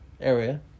area